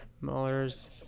Muller's